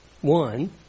One